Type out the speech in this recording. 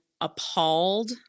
appalled